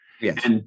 Yes